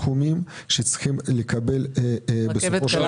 רכבת קלה